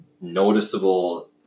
noticeable